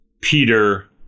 Peter